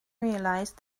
realized